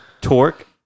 Torque